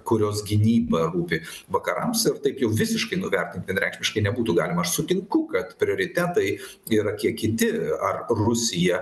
kurios gynyba rūpi vakarams ir taip jau visiškai nuvertint vienareikšmiškai nebūtų galima aš sutinku kad prioritetai yra kiek kiti ar rusija